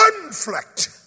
conflict